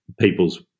people's